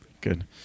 Good